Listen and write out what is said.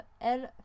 el